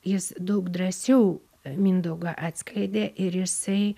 jis daug drąsiau mindaugą atskleidė ir jisai